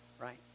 right